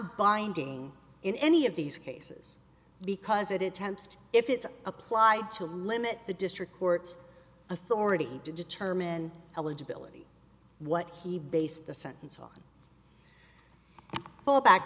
binding in any of these cases because it attempts to if it's applied to limit the district court's authority to determine eligibility what he based the sentence on fall back